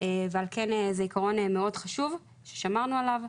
ועל כן זה עיקרון מאוד חשוב ששמרנו עליו.